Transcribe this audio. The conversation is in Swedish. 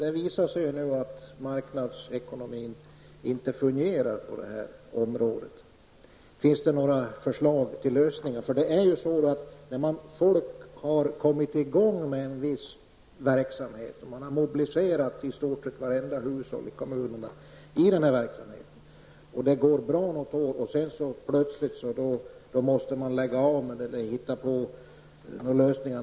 Det visar sig att marknadsekonomin inte fungerar på det här området. Finns det några förslag till lösningar? När man har mobiliserat i stort sett vartenda hushåll i kommunerna i denna verksamhet, som går bra något år och sedan plötsligt måste läggas ned, gäller det att hitta på någon lösning.